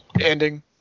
Ending